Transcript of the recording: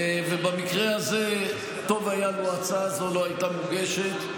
ובמקרה הזה טוב היה לו ההצעה הזו לא הייתה מוגשת,